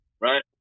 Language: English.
right